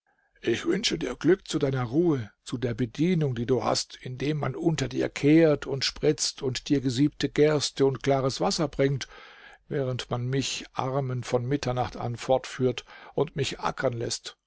ich wünsche dir glück zu deiner ruhe zu der bedienung die du hast indem man unter dir kehrt und spritzt und dir gesiebte gerste und klares wasser bringt während man mich armen von mitternacht an fortführt und mich ackern läßt